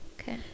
Okay